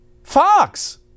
Fox